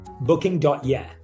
Booking.yeah